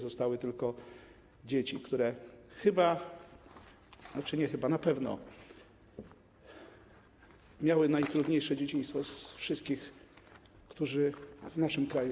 Zostały tylko dzieci, które chyba, tzn. nie chyba, ale na pewno miały najtrudniejsze dzieciństwo ze wszystkich, którzy żyli w naszym kraju.